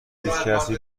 هیچکسی